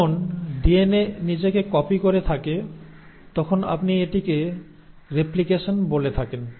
যখন ডিএনএ নিজেকে কপি করে থাকে তখন আপনি এটিকে রেপ্লিকেশন বলে থাকেন